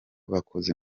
bakoze